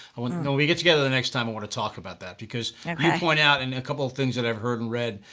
when we get together the next time want to talk about that. you point out in a couple of things that i heard and read.